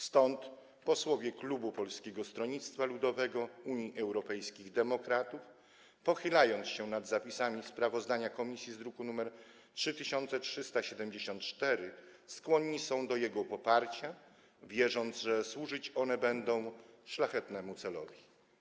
Stąd posłowie klubu Polskiego Stronnictwa Ludowego - Unii Europejskich Demokratów, pochylając się nad zapisami sprawozdania komisji z druku nr 3374, skłonni są je poprzeć, wierząc, że służyć one będą szlachetnemu celowi.